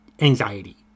Anxiety